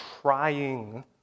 trying